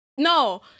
No